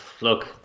look